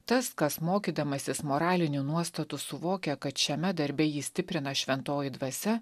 tas kas mokydamasis moralinių nuostatų suvokia kad šiame darbe jį stiprina šventoji dvasia